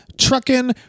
trucking